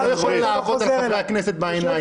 את לא יכולה לעבוד על חברי הכנסת בעיניים.